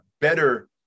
better